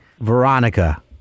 Veronica